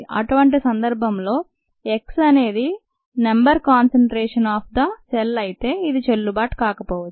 అటువంటి సందర్భంలో x అనేది number concentration of the cell అయితే ఇది చెల్లుబాటు కాకపోవచ్చు